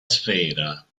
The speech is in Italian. sfera